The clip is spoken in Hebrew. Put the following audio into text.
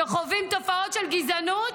שחווים תופעות של גזענות,